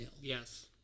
Yes